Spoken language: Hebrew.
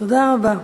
תודה רבה.